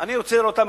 אני רוצה לראות אותם,